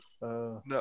No